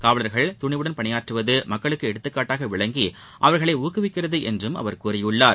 காவலர்கள் துணிவுடன் பணியாற்றுவது மக்களுக்கு எடுத்துக்காட்டாக விளங்கி அவர்களை ஊக்குவிக்கிறது என்றும் அவர் கூறியுள்ளார்